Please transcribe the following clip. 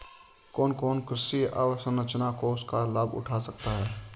कौन कौन कृषि अवसरंचना कोष का लाभ उठा सकता है?